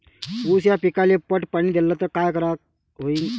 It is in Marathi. ऊस या पिकाले पट पाणी देल्ल तर काय होईन?